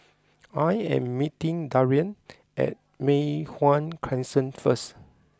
I am meeting Darian at Mei Hwan Crescent first